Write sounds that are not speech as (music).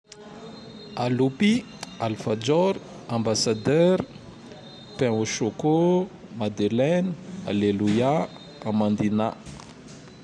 (noise) Aloupy, (noise) alfajôr, (noise) ambassadeur, (noise) pain (noise) au (noise) choco, (noise) madeleine, (noise) aleloia, (noise) amandina. (noise)